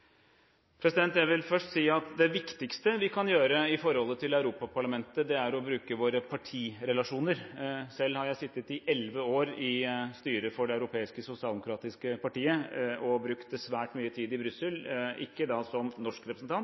Jeg vil først si at det viktigste vi kan gjøre i forholdet til Europaparlamentet, er å bruke våre partirelasjoner. Selv har jeg sittet elleve år i styret for Det europeiske sosialdemokratiske partiet og brukt svært mye tid i Brussel, ikke som norsk representant,